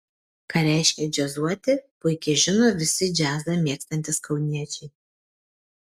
ką reiškia džiazuoti puikiai žino visi džiazą mėgstantys kauniečiai